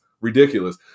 ridiculous